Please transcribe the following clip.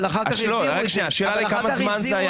נכון.